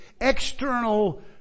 external